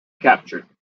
captured